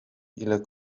ile